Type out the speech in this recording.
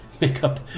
makeup